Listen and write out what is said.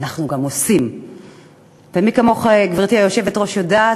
הציבורי (תיקון מס' 6) (סיוע ריאלי בשכר דירה),